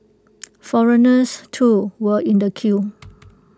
foreigners too were in the queue